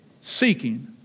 seeking